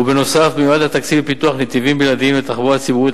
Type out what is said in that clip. ובנוסף מיועד התקציב לפיתוח נתיבים בלעדיים לתחבורה ציבורית,